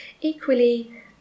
Equally